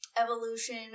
evolution